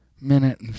minute